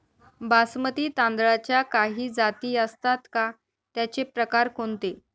बासमती तांदळाच्या काही जाती असतात का, त्याचे प्रकार कोणते?